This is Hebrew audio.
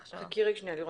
ההכשרה." לירון,